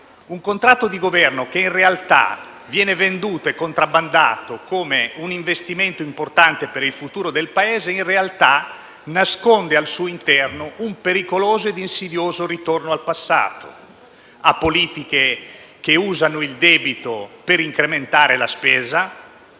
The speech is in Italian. il contratto di Governo; un contratto che viene venduto e contrabbandato come un investimento importante per il futuro del Paese, ma che in realtà nasconde al suo interno un pericoloso e insidioso ritorno al passato, a politiche che usano il debito per incrementare la spesa,